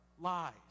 lies